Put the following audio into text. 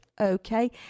Okay